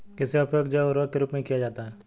किसका उपयोग जैव उर्वरक के रूप में किया जाता है?